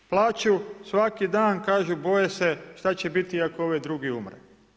Plaču svaki dan, kažu, boje se šta će biti ako ovaj drugi umre.